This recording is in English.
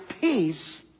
peace